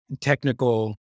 technical